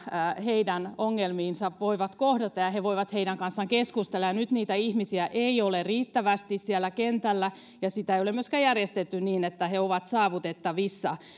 heidän ongelmansa voivat kohdata ja voivat heidän kanssaan keskustella nyt niitä ihmisiä ei ole riittävästi siellä kentällä ja sitä ei ole myöskään järjestetty niin että he ovat saavutettavissa